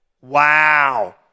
Wow